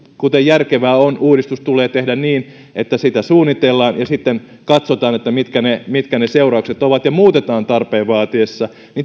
kuten järkevää on uudistus tulee tehdä niin että sitä suunnitellaan sitten katsotaan mitkä ne mitkä ne seuraukset ovat ja muutetaan tarpeen vaatiessa niin